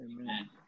Amen